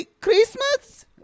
Christmas